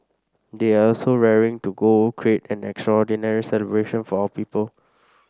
they are also raring to go create an extraordinary celebration for our people